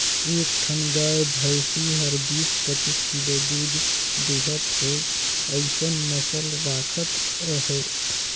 एक ठन गाय भइसी हर बीस, पचीस किलो दूद देहत हे अइसन नसल राखत अहे